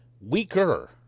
weaker